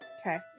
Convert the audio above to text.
Okay